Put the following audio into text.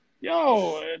yo